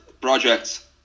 projects